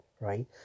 right